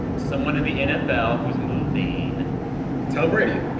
someone in the nfl who's moving tom brady